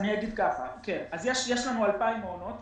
יש לנו 2,000 מעונות.